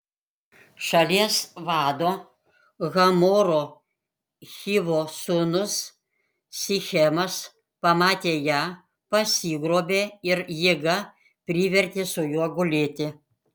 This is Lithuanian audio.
šalies vado hamoro hivo sūnus sichemas pamatė ją pasigrobė ir jėga privertė su juo gulėti